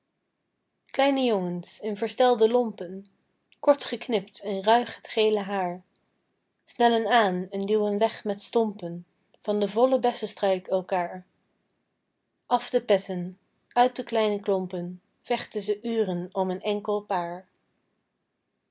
kleine jongens in verstelde lompen kort geknipt en ruig het gele haar snellen aan en duwen weg met stompen van de volle bessestruik elkaar af de petten uit de kleine klompen vechten ze uren om een enkel paar